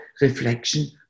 reflection